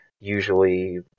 usually